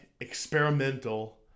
experimental